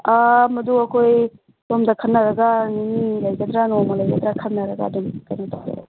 ꯃꯗꯣ ꯑꯩꯈꯣꯏ ꯁꯣꯝꯗ ꯈꯟꯅꯔꯒ ꯅꯤꯅꯤ ꯂꯩꯒꯗ꯭ꯔꯥ ꯅꯣꯡꯃ ꯂꯩꯒꯗ꯭ꯔꯥ ꯈꯟꯅꯔꯒ ꯑꯗꯨꯝ ꯀꯩꯅꯣ ꯇꯧꯖꯔꯛꯑꯒꯦ